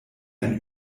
ein